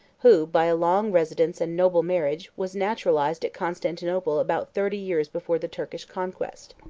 who, by a long residence and noble marriage, was naturalized at constantinople about thirty years before the turkish conquest.